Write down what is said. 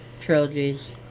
trilogies